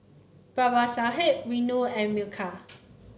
Babasaheb Renu and Milkha